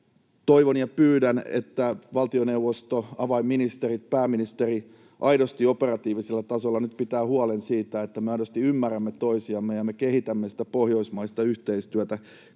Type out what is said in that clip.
toivon ja pyydän, että valtioneuvosto, avainministerit, pääministeri, aidosti operatiivisella tasolla pitää nyt huolen siitä, että me aidosti ymmärrämme toisiamme ja me kehitämme sitä pohjoismaista yhteistyötä